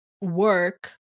work